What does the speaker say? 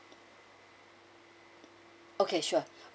okay sure